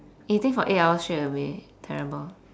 eating for eight hours straight will be terrible